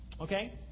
Okay